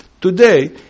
today